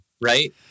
right